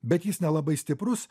bet jis nelabai stiprus